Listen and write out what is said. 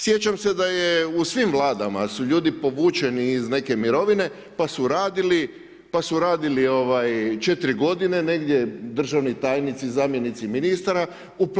Sjećam se da je u svim Vladama su ljudi povućeni iz neke mirovine pa su radili, pa su radili četiri godine negdje državni tajnici, zamjenici ministara.